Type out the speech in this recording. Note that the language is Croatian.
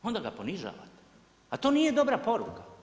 Onda ga ponižavate, a to nije dobra poruka.